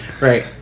Right